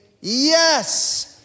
yes